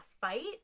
fight